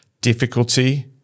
difficulty